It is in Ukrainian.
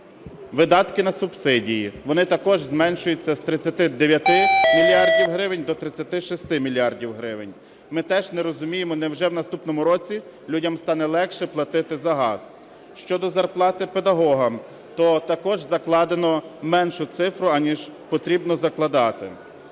Видатки на субсидії. Вони також зменшуються з 39 мільярдів гривень до 36 мільярдів гривень. Ми теж не розуміємо: невже в наступному році людям стане легше платити за газ? Щодо зарплати педагогам, то також закладено меншу цифру, аніж потрібно закладати.